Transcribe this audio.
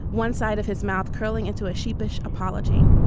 one side of his mouth curling into a sheepish apology.